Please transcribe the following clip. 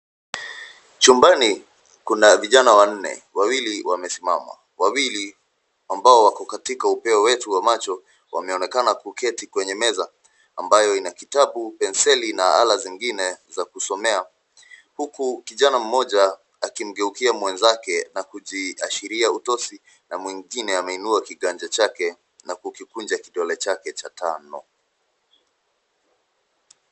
Chumbani, kuna vijana wanne, wawili wamesimama wawili ambao wako katika upeo wetu wa macho. Wameonekana kuketi kwenye meza ambayo ina kitabu, penseli na ala zingine za kusomea huku kijana mmoja akimgeukia mwenzake na kujiashiria utosi na mwingine ameinua kiganja chake na kukikunja kidole chake cha tano.